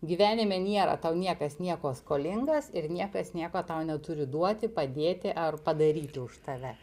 gyvenime nėra tau niekas nieko skolingas ir niekas nieko tau neturi duoti padėti ar padaryti už tave